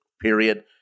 period